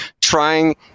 trying